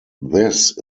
this